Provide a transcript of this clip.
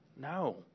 no